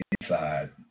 inside